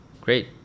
Great